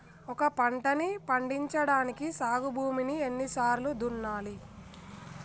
ఒక పంటని పండించడానికి సాగు భూమిని ఎన్ని సార్లు దున్నాలి?